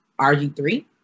RG3